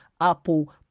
Apple